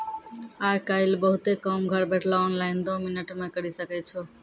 आय काइल बहुते काम घर बैठलो ऑनलाइन दो मिनट मे करी सकै छो